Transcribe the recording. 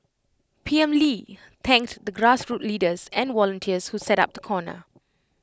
P M lee thanked the grassroots leaders and volunteers who set up the corner